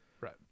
Right